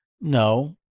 No